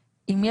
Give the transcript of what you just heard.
בזה.